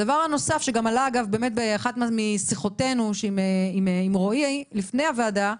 הדבר השלישי שעלה בעקבות שיחותנו עם רועי לפני הוועדה: